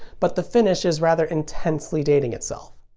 but the finish is rather intensely dating itself.